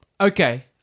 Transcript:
Okay